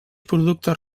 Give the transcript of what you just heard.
productes